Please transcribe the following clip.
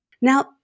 Now